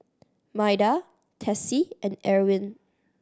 Maida Tessie and Erwin